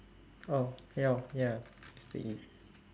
oh ya hor ya mister E